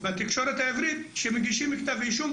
בתקשורת העברית כשמגישים כתב אישום,